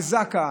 וזק"א,